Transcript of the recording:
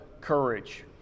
courage